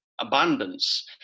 abundance